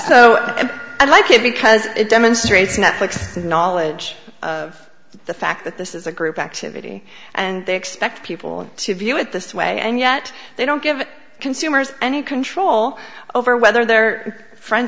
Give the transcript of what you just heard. and i like it because it demonstrates netflix knowledge of the fact that this is a group activity and they expect people to view it this way and yet they don't give consumers any control over whether their friends